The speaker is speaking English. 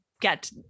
get